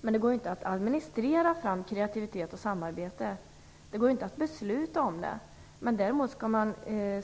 Men det går ju inte att administrera fram kreativitet och samarbete, och det går ju inte att besluta om det. Däremot skall man